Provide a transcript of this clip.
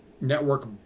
network